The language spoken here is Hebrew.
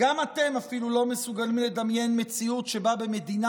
אפילו אתם לא מסוגלים לדמיין מציאות שבה במדינה